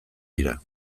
dira